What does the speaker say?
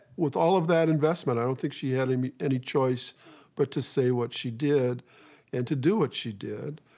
with all of that investment, i don't think she had i mean any choice but to say what she did and to do what she did.